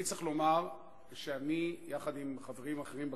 אני צריך לומר שאני, יחד עם חברים אחרים בכנסת,